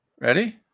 Ready